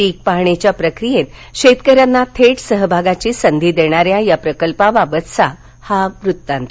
पीक पाहणीच्या प्रक्रियेत शेतकऱ्यांना थेट सहभागाची संधी देणाऱ्या या प्रकल्पाबाबतचा हा वृत्तांत